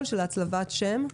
השם.